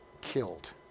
killed